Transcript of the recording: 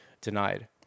denied